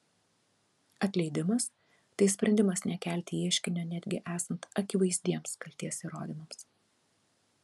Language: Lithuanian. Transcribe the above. atleidimas tai sprendimas nekelti ieškinio netgi esant akivaizdiems kaltės įrodymams